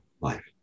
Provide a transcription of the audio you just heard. life